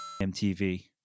MTV